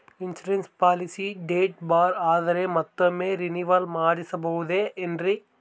Insurance policy date ಬಾರ್ ಆದರೆ ಮತ್ತೊಮ್ಮೆ ರಿನಿವಲ್ ಮಾಡಿಸಬಹುದೇ ಏನ್ರಿ?